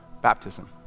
Baptism